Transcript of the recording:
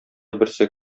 берсе